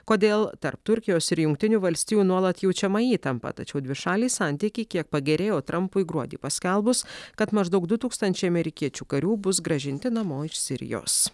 kodėl tarp turkijos ir jungtinių valstijų nuolat jaučiama įtampa tačiau dvišaliai santykiai kiek pagerėjo trampui gruodį paskelbus kad maždaug du tūkstančiai amerikiečių karių bus grąžinti namo iš sirijos